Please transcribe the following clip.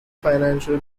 financial